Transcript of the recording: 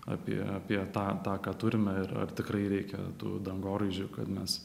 apie apie tą tą ką turime ir ar tikrai reikia tų dangoraižių kad mes